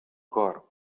cor